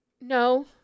No